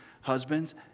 husbands